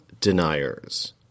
deniers